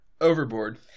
Overboard